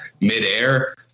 midair